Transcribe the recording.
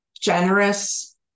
generous